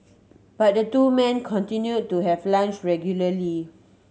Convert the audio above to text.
but the two men continued to have lunch regularly